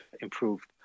improved